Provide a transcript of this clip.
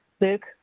Luke